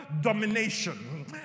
domination